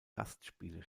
gastspiele